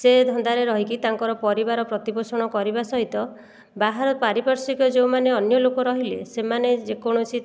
ସେ ଧନ୍ଦାରେ ରହିକି ତାଙ୍କର ପରିବାର ପ୍ରତିପୋଷଣ କରିବା ସହିତ ବାହାର ପାରିପାର୍ଶିକ ଯୋଉମାନେ ଅନ୍ୟ ଲୋକ ରହିଲେ ସେମାନେ ଯେକୌଣସି